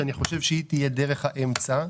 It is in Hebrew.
שאני חושב שהיא תהיה דרך האמצע.